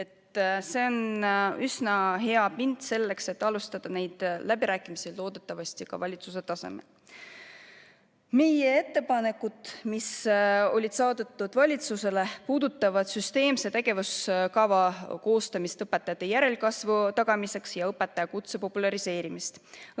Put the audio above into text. see üsna hea pind selleks, et alustada läbirääkimisi, loodetavasti ka valitsuse tasemel. Meie ettepanekud, mis olid saadetud valitsusele, puudutavad süsteemse tegevuskava koostamist õpetajate järelkasvu tagamiseks ja õpetajakutse populariseerimist, õpetajate